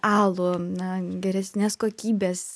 alų na geresnės kokybės